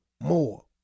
more